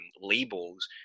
labels